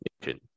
nation